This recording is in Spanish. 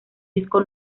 disco